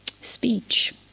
Speech